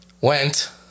went